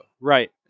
Right